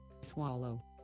Swallow